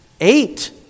eight